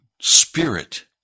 spirit